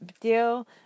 deal